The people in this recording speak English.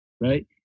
right